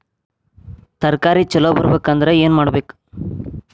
ತರಕಾರಿ ಛಲೋ ಬರ್ಬೆಕ್ ಅಂದ್ರ್ ಏನು ಮಾಡ್ಬೇಕ್?